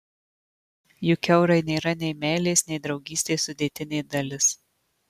juk eurai nėra nei meilės nei draugystės sudėtinė dalis